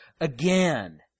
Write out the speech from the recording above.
again